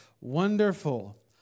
Wonderful